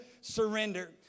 surrender